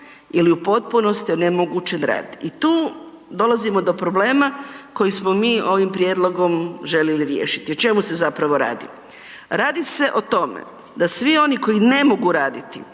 ili u potpunosti je onemogućen rad. I tu dolazimo do problema koje smo mi ovim prijedlogom želili riješiti. O čemu se zapravo radi? Radi se o tome da svi oni koji ne mogu raditi